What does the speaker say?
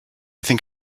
think